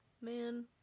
Man